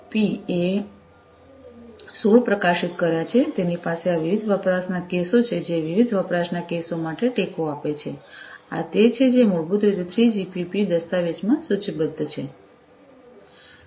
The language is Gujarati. તેથી 3GPP એ 16 પ્રકાશિત કર્યા છે તેની પાસે આ વિવિધ વપરાશના કેસો છે જે વિવિધ વપરાશના કેસો માટે ટેકો આપે છે આ તે છે જે મૂળભૂત રીતે 3GPP દસ્તાવેજમાં સૂચિબદ્ધ છે